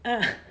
ah